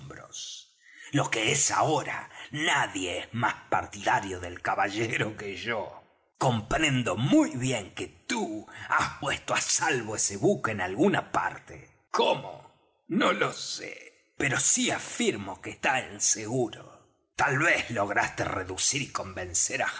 lo que es ahora nadie es más partidario del caballero que yo comprendo muy bien que tú has puesto á salvo ese buque en alguna parte cómo no lo sé pero sí afirmo que está en seguro tal vez lograste reducir y convencer á